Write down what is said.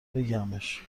بگمش